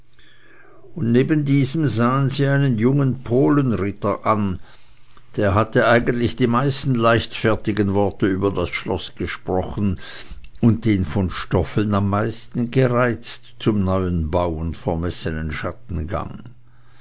und neben diesem sahen sie einen jungen polenritter an der hatte eigentlich die meisten leichtfertigen worte über das schloß gesprochen und den von stoffeln am meisten gereizt zum neuen bau